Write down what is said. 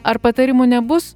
ar patarimų nebus